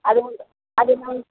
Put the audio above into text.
அது வந்து அது